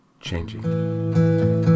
changing